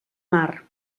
mar